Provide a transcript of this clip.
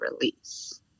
release